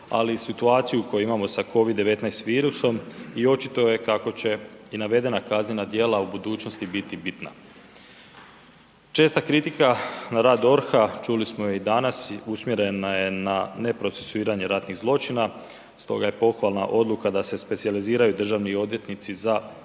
ali i situaciju koju imamo sa COVID 19 virusom i očito je kako će i navedena kaznena djela u budućnosti biti bitna. česta kritika na rad DORH-a, čuli smo i danas, usmjerena je na neprocesuiranje ratnih zločina stoga je pohvalna odluka da se specijaliziraju državni odvjetnici za ovu